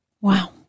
Wow